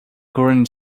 current